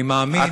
אני מאמין,